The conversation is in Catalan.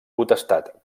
potestat